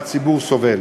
והציבור סובל.